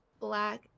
Black